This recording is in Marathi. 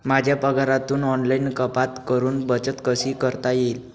माझ्या पगारातून ऑनलाइन कपात करुन बचत कशी करता येईल?